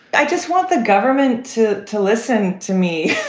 i just want the government to to listen to me